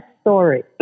story